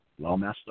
Lawmaster